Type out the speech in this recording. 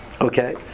Okay